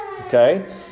Okay